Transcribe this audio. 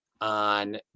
on